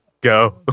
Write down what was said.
go